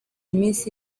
iminsi